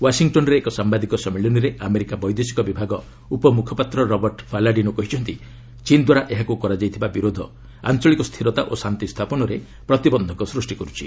ୱାଶିଂଟନ୍ରେ ଏକ ସାମ୍ବାଦିକ ସମ୍ମିଳନୀରେ ଆମେରିକା ବୈଦେଶିକ ବିଭାଗ ଉପମୁଖପାତ୍ର ରବର୍ଟ ପାଲାଡିନୋ କହିଛନ୍ତି ଚୀନ୍ଦ୍ୱାରା ଏହାକୁ କରାଯାଇଥିବା ବିରୋଧ ଆଞ୍ଚଳିକ ସ୍ଥିରତା ଓ ଶାନ୍ତି ସ୍ଥାପନରେ ପ୍ରତିବନ୍ଧକ ସୃଷ୍ଟି କରୁଛି